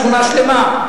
שכונה שלמה.